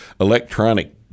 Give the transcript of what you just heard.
electronic